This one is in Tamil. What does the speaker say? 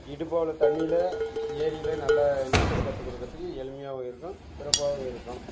இடுப்பளவு தண்ணியில் ஏரியில் நல்ல நீச்சல் கற்றுக் கொடுக்கறதுக்கு எளிமையாகவும் இருக்கும் சிறப்பாகவும் இருக்கும்